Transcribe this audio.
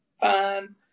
fine